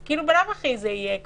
בלאו הכי זה יהיה ככה.